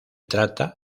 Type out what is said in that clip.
trata